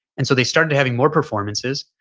and so they started having more performances.